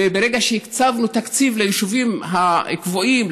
וברגע שהקצבנו תקציב ליישובים הקבועים,